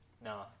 No